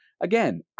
again